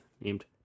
named